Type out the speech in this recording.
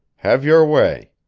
have your way.